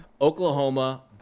Oklahoma